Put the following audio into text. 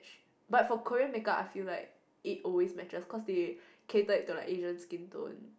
but for Korean makeup I feel like it always matches cause they cater it to like Asian skin tone